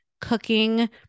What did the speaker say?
cooking